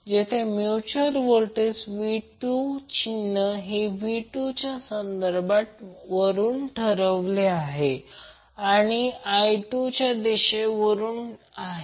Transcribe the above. जेथे mutual voltage v2 चिन्ह हे v2 च्या संदर्भ वरून ठरविले आहे आणि i1 च्या दिशेवरून आहे